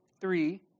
three